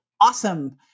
awesome